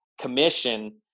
commission